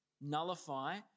nullify